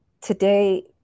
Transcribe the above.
Today